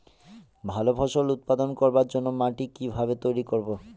ভালো ফসল উৎপাদন করবার জন্য মাটি কি ভাবে তৈরী করব?